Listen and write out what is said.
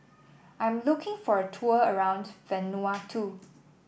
I'm looking for a tour around Vanuatu